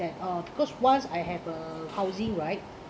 that uh because once I have a housing right